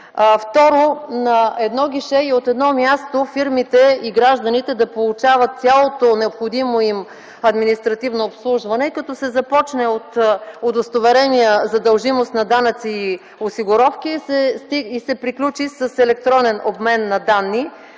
Второ, на едно гише и от едно място фирмите и гражданите могат да получават цялото необходимо им административно обслужване, като се започне от удостоверения за дължимост на данъци и осигуровки и се приключи с електронен обмен на данни.